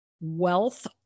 wealth